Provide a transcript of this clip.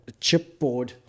chipboard